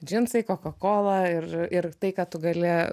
džinsai coca cola ir ir tai ką tu gali